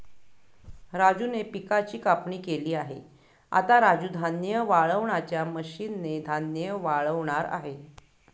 राजूने पिकाची कापणी केली आहे, आता राजू धान्य वाळवणाच्या मशीन ने धान्य वाळवणार आहे